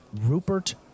Rupert